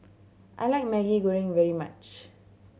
I like Maggi Goreng very much